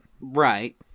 Right